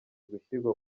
gushyirwa